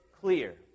clear